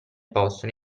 possono